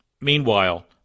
Meanwhile